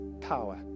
power